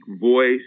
voice